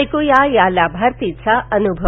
ऐकू या या लाभार्थीचा अनुभव